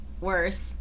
worse